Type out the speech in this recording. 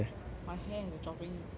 my hair is dropping a lot